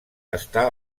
està